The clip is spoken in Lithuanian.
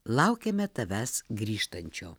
laukiame tavęs grįžtančio